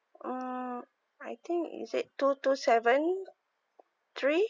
hmm I think is it two two seven three